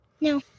No